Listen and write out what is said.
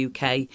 uk